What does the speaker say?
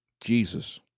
Jesus